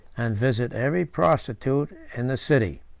and visit every prostitute, in the city.